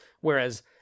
Whereas